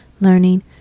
learning